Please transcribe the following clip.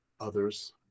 others